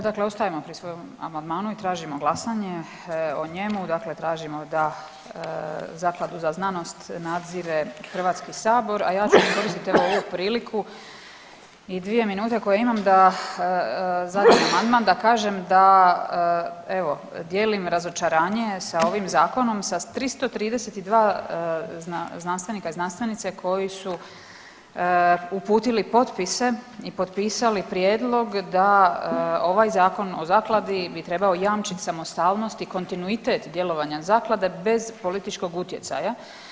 Dakle, ostajemo pri svom amandmanu i tražimo glasanje o njemu, dakle tražimo da Zakladu za znanost nadzire HS, a ja ću iskoristiti ovu priliku i dvije minute koje imam za zadnji amandman da kažem da evo dijelim razočaranje sa ovim zakonom sa 332 znanstvenika i znanstvenice koji su uputili potpise i potpisali prijedlog da ovaj Zakon o zakladi bi trebao jamčiti samostalnost i kontinuitet djelovanja zaklade bez političkog utjecaja.